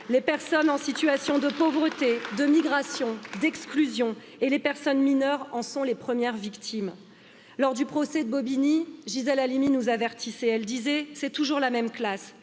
les personnes en situation de pauvreté, de migration d'exclusion et les personnes mineures en sont les premières victimes lors du procès de bobigny gisèle halimi nous avertissait elle disait c'est toujours la même classe